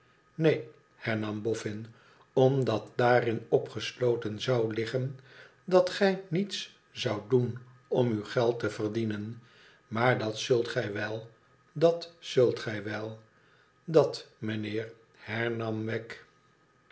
neen hernam boffin omdat daarin opgesloten zou liggen dat gij niets zoudt doen om uw geld te verdienen maar dat zult gij wel dat zult gij wel dat meneer hernam